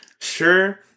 Sure